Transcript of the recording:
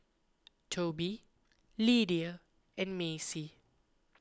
Toby Lidia and Macey